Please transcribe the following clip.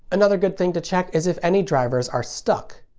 another good thing to check is if any drivers are stuck.